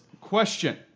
question